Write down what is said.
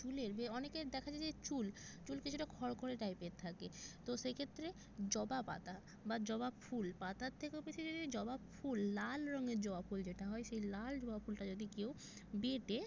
চুলের বে অনেকের দেখা যায় যে চুল চুল কিছুটা খড়খড়ে টাইপের থাকে তো সেইক্ষেত্রে জবা পাতা বা জবা ফুল পাতার থেকেও বেশি যদি জবা ফুল লাল রঙের জবা ফুল যেটা হয় সেই লাল জবা ফুলটা যদি কেউ বেটে